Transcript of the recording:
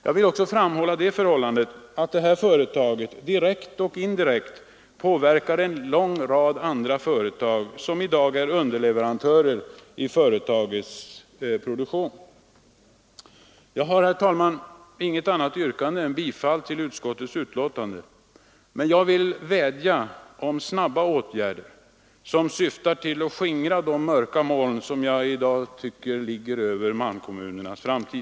Jag vill framhålla det förhållandet att detta företag — direkt och indirekt — påverkar en lång rad av andra företag i Kiruna, som är underleverantörer i företagets produktion. Jag har, herr talman, inget annat yrkande än om bifall till utskottets hemställan, men jag vill vädja om snabba åtgärder som syftar till att skingra de mörka moln som jag tycker i dag ligger över malmkommunernas framtid.